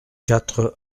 quatre